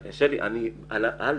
שלי, אני על זה,